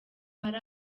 hari